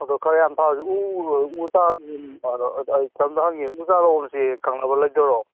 ꯑꯗꯣ ꯈꯔ ꯌꯥꯝ ꯊꯥꯔꯁꯤ ꯑꯗꯨ ꯀꯩꯅꯣꯝꯇ ꯍꯪꯒꯦ ꯎ ꯆꯥꯔ ꯂꯧꯕꯝꯁꯤ ꯈꯪꯅꯕ ꯂꯩꯇꯕ꯭ꯔꯣ